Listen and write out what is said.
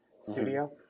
studio